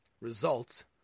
results